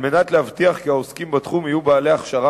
כדי להבטיח כי העוסקים בתחום יהיו בעלי הכשרה